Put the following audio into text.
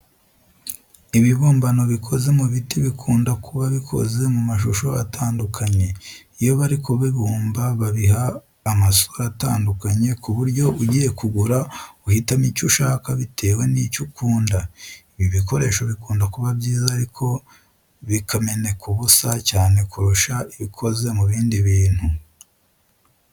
Ibibumbano bikoze mu biti bikunda kuba bikoze mu mashusho atandukanye. Iyo bari kubibumba babiha amasura atandukanye ku buryo iyo ugiye kugura uhitamo icyo ushaka bitewe n'icyo ukunda. Ibi bikoresho bikunda kuba byiza ariko bikameneka ubusa cyane kurusha ibikoze mu bindi bintu.